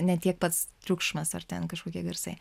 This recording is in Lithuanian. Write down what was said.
ne tiek pats triukšmas ar ten kažkokie garsai